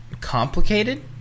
complicated